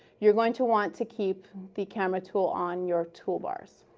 you're going to want to keep the camera tool on your toolbars.